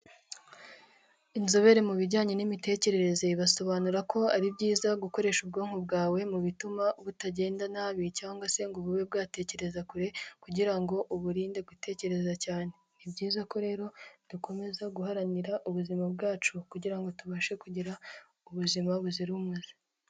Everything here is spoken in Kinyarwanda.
Inzobere mu bijyanye n'imitekerereze, basobanura ko ari byiza gukoresha ubwonko bwawe mu bituma butagenda nabi cyangwa se ngo bube bwatekereza kure kugira ngo uburinde gutekereza cyane, ni byiza ko rero dukomeza guharanira ubuzima bwacu kugira ngo tubashe kugira ubuzima buzira umuze.